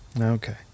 Okay